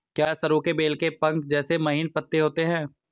क्या सरु के बेल के पंख जैसे महीन पत्ते होते हैं?